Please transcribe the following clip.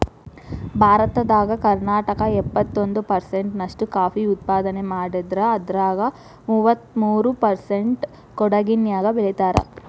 ಭಾರತದಾಗ ಕರ್ನಾಟಕ ಎಪ್ಪತ್ತೊಂದ್ ಪರ್ಸೆಂಟ್ ನಷ್ಟ ಕಾಫಿ ಉತ್ಪಾದನೆ ಮಾಡಿದ್ರ ಅದ್ರಾಗ ಮೂವತ್ಮೂರು ಪರ್ಸೆಂಟ್ ಕೊಡಗಿನ್ಯಾಗ್ ಬೆಳೇತಾರ